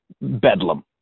bedlam